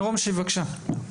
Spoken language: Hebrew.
מירום שיף, בבקשה.